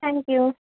thank you